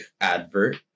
advert